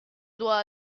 dois